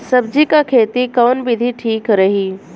सब्जी क खेती कऊन विधि ठीक रही?